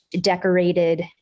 decorated